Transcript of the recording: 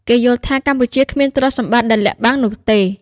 គេយល់់ថាកម្ពុជាគ្មានទ្រព្យសម្បត្តិដែលលាក់បាំងនោះទេ ។